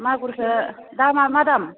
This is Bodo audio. मागुरखौ दामा मा दाम